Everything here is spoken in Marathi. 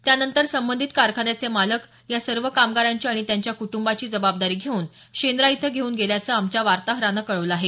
त्यानंतर संबंधित कारखान्याचे मालक या सर्व कामगारांची आणि त्यांच्या कुटुंबाची जबाबदारी घेऊन शेंद्रा इथं घेऊन गेल्याचं आमच्या वार्ताहरानं कळवलं आहे